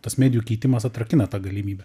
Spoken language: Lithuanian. tas medijų keitimas atrakina tą galimybę